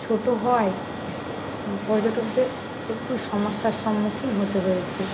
ছোটো হওয়ায় পর্যটকদের একটু সমস্যার সম্মুখীন হতে হয়েছে